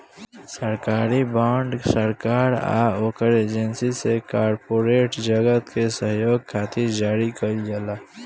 सरकारी बॉन्ड सरकार आ ओकरा एजेंसी से कॉरपोरेट जगत के सहयोग खातिर जारी कईल जाला